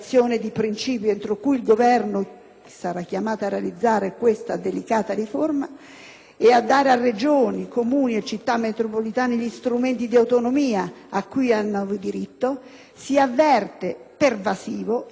sarà chiamato a realizzare questa delicata riforma e a dare a Regioni, Comuni e Città metropolitane gli strumenti di autonomia a cui hanno diritto, si avverte pervasivo il principio di sussidiarietà,